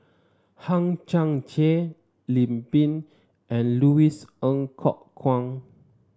Hang Chang Chieh Lim Pin and Louis Ng Kok Kwang